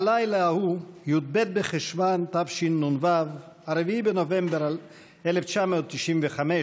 הלילה ההוא, י"ב בחשוון תשנ"ו, 4 בנובמבר 1995,